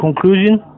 conclusion